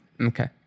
okay